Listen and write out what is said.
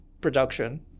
production